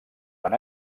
van